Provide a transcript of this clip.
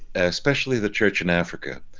especially the church in africa,